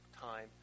time